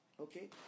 Okay